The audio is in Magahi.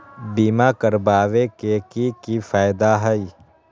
बीमा करबाबे के कि कि फायदा हई?